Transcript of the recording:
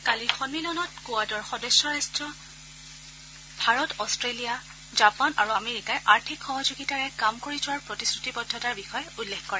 কালিৰ সন্মিলনত কোৱাডৰ সদস্যৰাট্ট ভাৰত অট্টেলিয়া জাপান আৰু আমেৰিকাই আৰ্থিক সহযোগিতাৰে কাম কৰি যোৱাৰ প্ৰতিশ্ৰুতিবদ্ধতাৰ বিষয়ে উল্লেখ কৰে